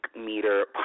meter